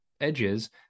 edges